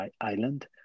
island